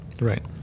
Right